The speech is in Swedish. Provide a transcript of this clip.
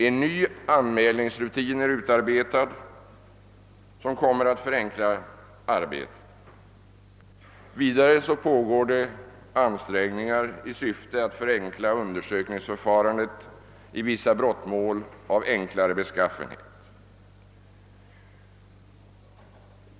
En ny anmälningsrutin som kommer att förenkla arbetet har skapats. Vidare pågår ansträngningar i syfte att förenkla undersökningsförfarandet i vissa brottmål av enklare beskaffenhet.